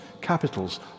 capitals